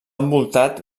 envoltat